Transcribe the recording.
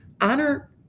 honor